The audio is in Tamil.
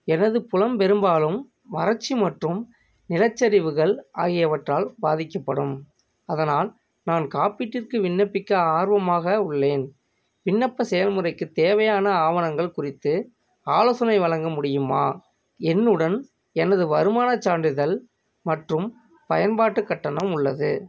எனது புலம் பெரும்பாலும் வறட்சி மற்றும் நிலச்சரிவுகள் ஆகியவற்றால் பாதிக்கப்படும் அதனால் நான் காப்பீட்டிற்கு விண்ணப்பிக்க ஆர்வமாக உள்ளேன் விண்ணப்ப செயல்முறைக்கு தேவையான ஆவணங்கள் குறித்து ஆலோசனை வழங்க முடியுமா என்னுடன் எனது வருமானச் சான்றிதழ் மற்றும் பயன்பாட்டுக் கட்டணம் உள்ளது